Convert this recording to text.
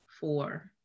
four